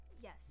Yes